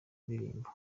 indirimbo